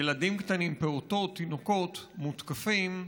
ילדים קטנים, פעוטות, תינוקות, מותקפים,